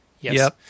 Yes